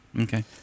Okay